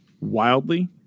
wildly